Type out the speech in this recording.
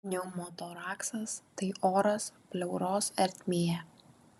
pneumotoraksas tai oras pleuros ertmėje